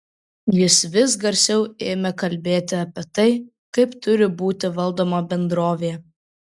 jis vis garsiau ėmė kalbėti apie tai kaip turi būti valdoma bendrovė